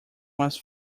was